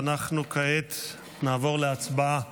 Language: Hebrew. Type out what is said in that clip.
ואנחנו כעת נעבור להצבעה.